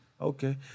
Okay